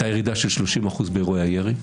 הייתה ירידה של 30% באירועי הירי.